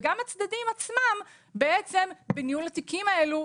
גם הצדדים עצמם הוציאו על ניהול התיקים האלו.